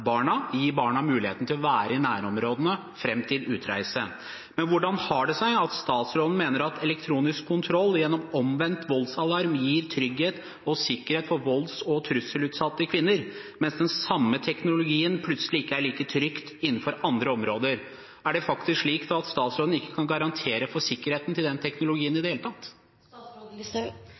barna, gi barna muligheten til å være i nærområdet fram til utreise. Hvordan har det seg at statsråden mener at elektronisk kontroll gjennom omvendt voldsalarm gir trygghet og sikkerhet for volds- og trusselutsatte kvinner, mens den samme teknologien plutselig ikke er like trygg innenfor andre områder? Er det faktisk slik at statsråden ikke kan garantere for sikkerheten til den teknologien i det hele